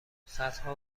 صدها